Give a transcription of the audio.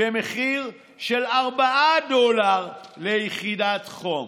במחיר של 4 דולר ליחידת חום,